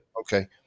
Okay